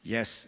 Yes